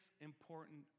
important